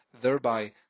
thereby